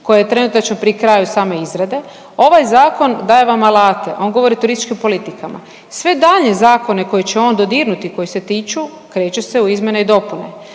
koji je trenutačno pri kraju same izrade. Ovaj zakon daje vam alate. On govori o turističkim politikama. Sve daljnje zakone koje će on dodirnuti koji se tiču kreće se u izmjene i dopune.